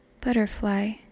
butterfly